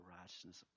righteousness